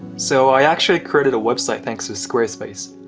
so i actually created a website thanks to squarespace!